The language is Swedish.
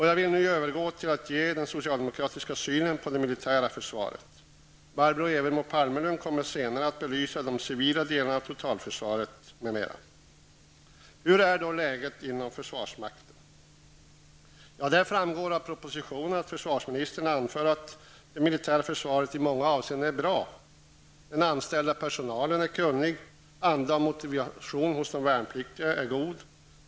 Jag vill nu övergå till att ge den socialdemokratiska synen på det militära försvaret. Barbro Evermo Palmerlund kommer senare att belysa de civila delarna av totalförsvaret m.m. Hur är då läget inom försvarsmakten? Ja, det framgår av propositionen att försvarsministern anför att det militära försvaret i många avseenden är bra. Den anställda personalen är kunnig. Andan och motivationen hos de värnpliktiga är god.